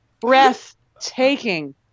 breathtaking